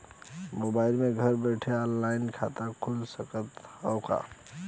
Mobile से घर बैठे ऑनलाइन खाता खुल सकत हव का?